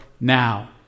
now